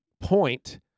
point